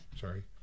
sorry